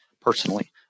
personally